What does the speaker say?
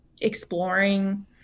exploring